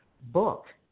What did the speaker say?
book